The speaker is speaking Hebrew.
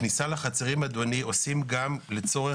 כניסה לחצרים, אדוני, עושים גם לצורך